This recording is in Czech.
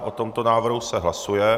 O tomto návrhu se hlasuje.